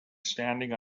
standing